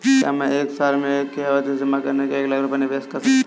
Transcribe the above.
क्या मैं एक साल के लिए सावधि जमा में एक लाख रुपये निवेश कर सकता हूँ?